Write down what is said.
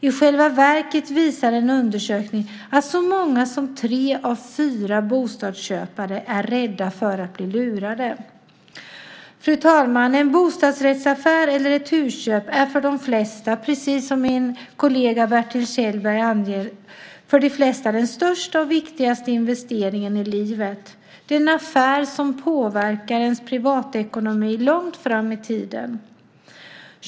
I själva verket visar en undersökning att så många som tre av fyra bostadsköpare är rädda för att bli lurade. Fru talman! En bostadsrättsaffär eller ett husköp är för de flesta, precis som min kollega Bertil Kjellberg anger, den största och viktigaste investeringen i livet. Det är en affär som påverkar ens privatekonomi långt fram i tiden.